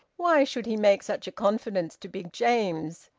why should he make such a confidence to big james?